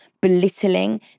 belittling